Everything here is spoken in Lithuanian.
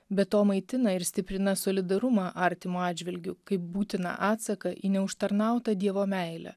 be to maitina ir stiprina solidarumą artimo atžvilgiu kaip būtiną atsaką į neužtarnautą dievo meilę